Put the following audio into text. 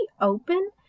open